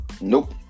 nope